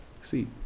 See